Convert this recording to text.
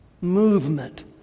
movement